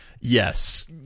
yes